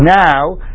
now